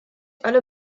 alle